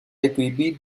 écrivit